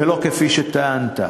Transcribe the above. ולא כפי שטענת.